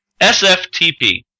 SFTP